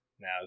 Now